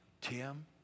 Tim